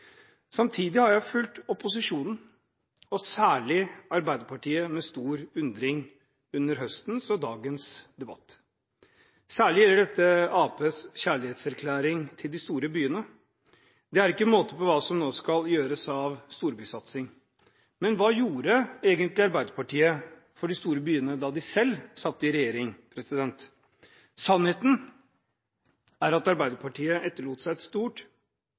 Samtidig har jeg fulgt opposisjonen og særlig Arbeiderpartiet med stor undring i høstens debatter og i dagens debatt, særlig gjelder dette Arbeiderpartiets kjærlighetserklæring til de store byene. Det er ikke måte på hva som nå skal gjøres av storbysatsing. Men hva gjorde egentlig Arbeiderpartiet for de store byene da de selv satt i regjering? Sannheten er at Arbeiderpartiet etterlot seg et stort